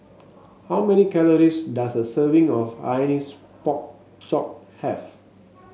how many calories does a serving of Hainanese Pork Chop have